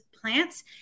plants